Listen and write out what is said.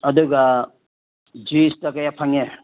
ꯑꯗꯨꯒ ꯆꯤꯁꯇ ꯀꯌꯥ ꯐꯪꯉꯦ